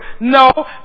no